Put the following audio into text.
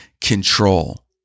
control